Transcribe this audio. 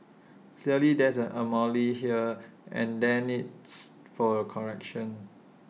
clearly there is A anomaly here and there needs for A correction